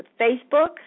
Facebook